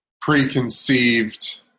preconceived